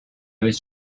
was